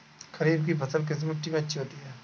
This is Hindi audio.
खरीफ की फसल किस मिट्टी में अच्छी होती है?